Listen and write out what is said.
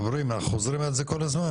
חברים, אנחנו חוזרים על זה כל הזמן.